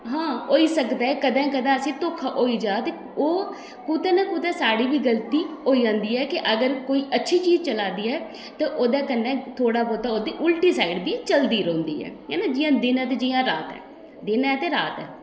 हां होई सकदा ऐ कदें कदें असें गी धोखा होई जा ते ओह् कुतै ना कुतै साढ़ी बी गलती होई जंदी ऐ कि अगर कोई अच्छी चीज चला दी ऐ ते ओह्दे कन्नै थोह्ड़ा बोह्ता ओह्दी उल्टी साईड बी चलदी रौंह्दी ऐ है ना जि'यां दिन ऐ ते जि'यां रात ऐ दिन ऐ ते रात ऐ